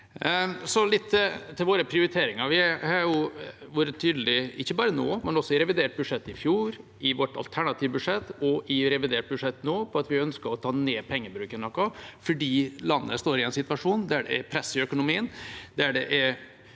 litt til våre prioriteringer. Vi har vært tydelige, ikke bare nå, men også i revidert budsjett i fjor, i vårt alternative budsjett og i revidert budsjett nå, på at vi ønsker å ta ned pengebruken noe, fordi landet står i en situasjon der det er press i økonomien,